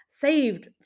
saved